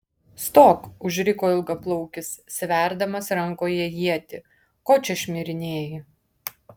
stok užriko ilgaplaukis sverdamas rankoje ietį ko čia šmirinėji